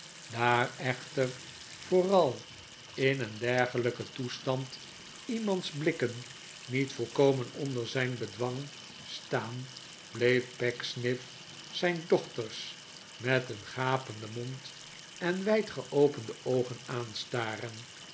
daar echter vooral in een dergelijken toestand iemands blikken niet volkomen onder zijn bedwang staan bleef pecksniff zijn dochters met een gapenden mond en wijd geopende oogen